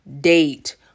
date